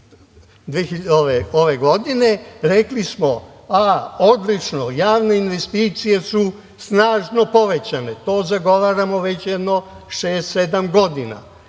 ove godine, rekli smo – a, odlično, javne investicije su snažno povećane, to zagovaramo već jedno šest, sedam